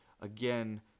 again